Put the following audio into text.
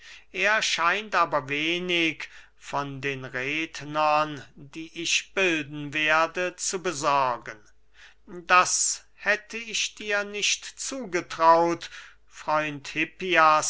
er scheint aber wenig von den rednern die ich bilden werde zu besorgen das hätte ich dir nicht zugetraut freund